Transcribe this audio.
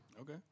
okay